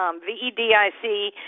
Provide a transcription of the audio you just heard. V-E-D-I-C